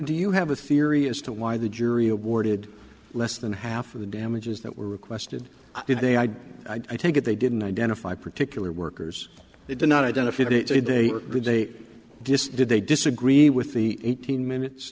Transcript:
do you have a theory as to why the jury awarded less than half of the damages that were requested did they i i take it they didn't identify particular workers they did not identify that they were good they just did they disagree with the eighteen minutes